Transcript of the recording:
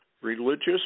religious